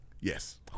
Yes